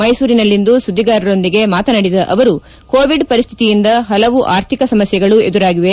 ಮೈಸೂರಿನಲ್ಲಿಂದು ಸುದ್ದಿಗಾರರೊಂದಿಗೆ ಮಾತನಾಡಿದ ಅವರು ಕೋವಿಡ್ ಪರಿಸ್ತಿತಿಯಿಂದ ಹಲವು ಆರ್ಥಿಕ ಸಮಸ್ಥೆಗಳು ಎದುರಾಗಿವೆ